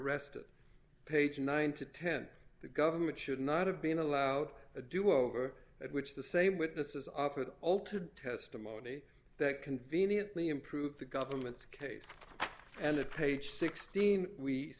arrested page nine to ten the government should not have been allowed to do over that which the same witnesses offered altered testimony that conveniently improve the government's case and the page sixteen we